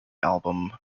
album